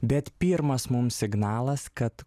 bet pirmas mums signalas kad